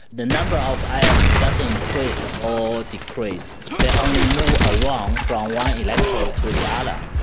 the number of ions doesn't increase or decrease, they are only move around from one electrode to the ah other.